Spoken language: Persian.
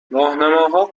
راهنماها